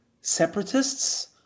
separatists